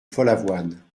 follavoine